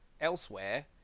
elsewhere